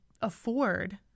afford –